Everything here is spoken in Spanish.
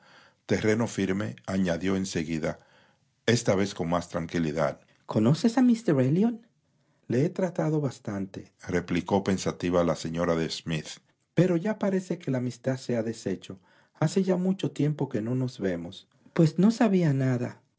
terreno firme añadió en seguida con más tranquilidad conoces a míster elliot le he tratado bastantereplicó pensativa la señora de smith pero ya parece que la amistad se ha deshecho hace ya mucho tiempo que no nos vemos pues no sabía nada